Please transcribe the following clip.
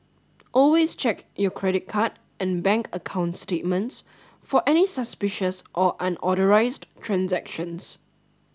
always check your credit card and bank account statements for any suspicious or unauthorised transactions